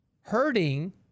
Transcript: Hurting